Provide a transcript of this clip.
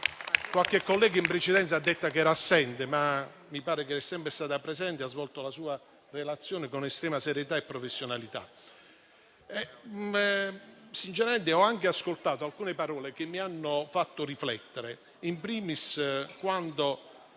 qualche collega in precedenza ha detto che era assente, ma mi pare che sia sempre stata presente e abbia svolto la sua relazione con estrema serietà e professionalità. Ho anche ascoltato alcune parole che mi hanno fatto riflettere, *in primis* quando